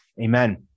Amen